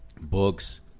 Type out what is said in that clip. books